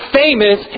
famous